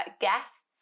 guests